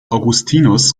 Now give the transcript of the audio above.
augustinus